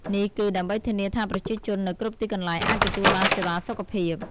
នេះគឺដើម្បីធានាថាប្រជាជននៅគ្រប់ទីកន្លែងអាចទទួលបានសេវាសុខភាព។